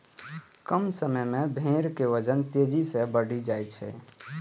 कम समय मे भेड़ के वजन तेजी सं बढ़ि जाइ छै